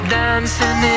dancing